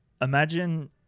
imagine